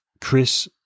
Chris